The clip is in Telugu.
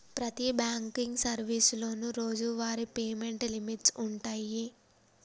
ప్రతి బాంకింగ్ సర్వీసులోనూ రోజువారీ పేమెంట్ లిమిట్స్ వుంటయ్యి